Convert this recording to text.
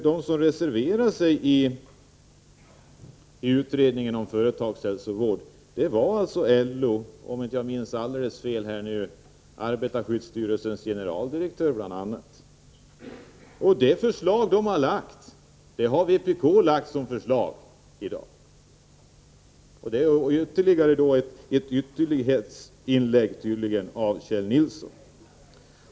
De som reserverade sig i utredningen om företagshälsovården var bl.a. LO och, om jag inte minns helt fel, arbetarskyddsstyrelsens generaldirektör. Det förslag som de lade fram har vpk också i dag lagt fram. Det är ett ytterlighetsinlägg, enligt Kjell Nilsson.